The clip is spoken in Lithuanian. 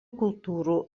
kultūrų